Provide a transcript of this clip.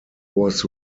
was